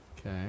Okay